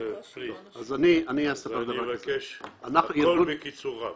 אני מבקש הכול בקיצור רב.